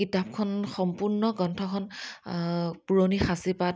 কিতাপখন সম্পূৰ্ণ গ্ৰন্থখন পুৰণি সাঁচিপাত